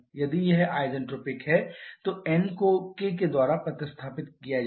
यदि यह आइसेंट्रोपिक है तो n को k द्वारा प्रतिस्थापित किया जाएगा